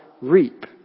reap